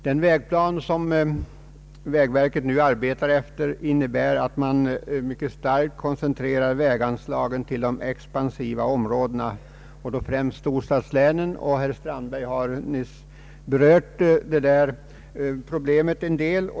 Den vägplan som vägverket nu arbetar efter innebär att man mycket starkt koncentrerar väganslagen till de expansiva områdena, främst storstadslänen. Herr Strandberg har nyss berört detta problem.